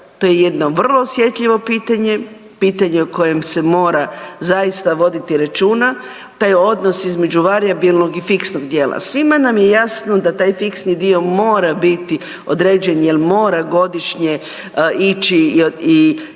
to je jedno vrlo osjetljivo pitanje, pitanje o kojem se mora zaista voditi računa, taj odnos između varijabilnog i fiksnog dijela. Svima nam je jasno da taj fiksni dio mora biti određen jel mora godišnje ići i radit